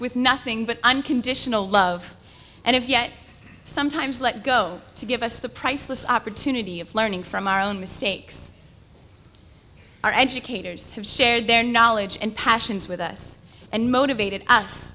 with nothing but unconditional love and if yet sometimes let go to give us the priceless opportunity of learning from our own mistakes our educators have shared their knowledge and passions with us and motivated us